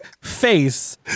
face